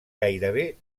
gairebé